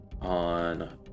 on